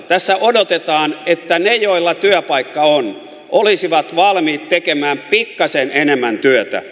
tässä odotetaan että ne joilla työpaikka on olisivat valmiit tekemään pikkasen enemmän työtä